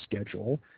schedule